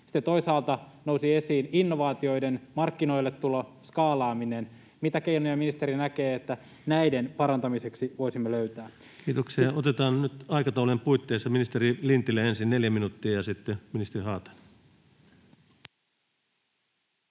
toisaalta nousi esiin innovaatioiden markkinoille tulo, skaalaaminen. Mitä keinoja ministeri näkee, että näiden parantamiseksi voisimme löytää? Kiitoksia. — Otetaan nyt aikataulujen puitteissa ensin ministeri Lintilä, 4 minuutta, ja sitten ministeri Haatainen.